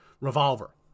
revolver